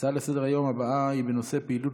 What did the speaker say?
ההצעה לסדר-היום הבאה היא בנושא פעילות